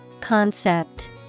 Concept